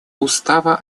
устава